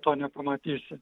to nepamatysi